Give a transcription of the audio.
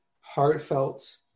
heartfelt